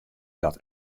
dat